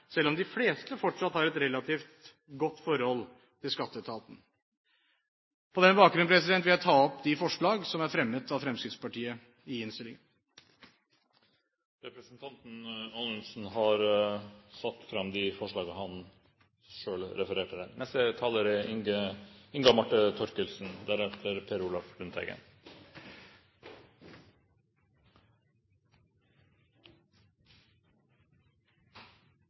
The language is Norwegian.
selv om de fleste fortsatt har et relativt godt forhold til Skatteetaten. På den bakgrunn vil jeg ta opp de forslag som er fremmet av Fremskrittspartiet i innstillingen. Representanten Anders Anundsen har tatt opp de forslag han refererte til. Det er